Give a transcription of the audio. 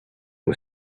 was